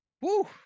Woo